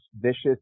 vicious